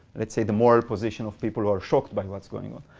let's say, the moral position of people who are shocked by what's going.